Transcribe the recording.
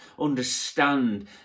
understand